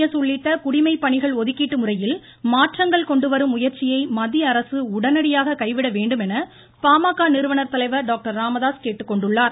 S உள்ளிட்ட குடிமைப் பணிகள் ஒதுக்கீட்டு முறையில் மாற்றங்கள் கொண்டு வரும் முயற்சியை மத்திய அரசு உடனடியாக கைவிட வேண்டும் என பாமக நிறுவன் தலைவர் டாக்டர் ராமதாஸ் கேட்டுக்கொண்டுள்ளார்